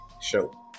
show